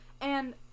And-